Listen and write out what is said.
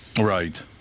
Right